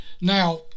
Now